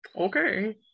okay